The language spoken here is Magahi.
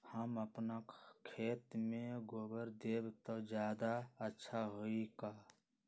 हम अपना खेत में गोबर देब त ज्यादा अच्छा होई का?